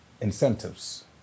incentives